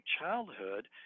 childhood